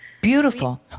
Beautiful